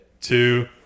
two